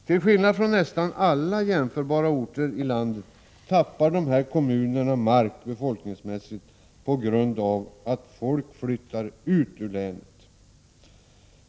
Till skillnad från nästan alla jämförbara orter i landet tappar dessa kommuner mark befolkningsmässigt på grund av att folk flyttar ut ur länet.